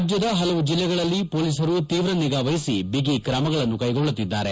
ರಾಜ್ಯದ ಹಲವು ಜಿಲ್ಲೆಗಳಲ್ಲಿ ಪೊಲೀಸರು ತೀವ್ರ ನಿಗಾ ವಹಿಸಿ ಬಿಗಿ ಕ್ರಮಗಳನ್ನು ಕೈಗೊಳ್ಳುತ್ತಿದ್ದಾರೆ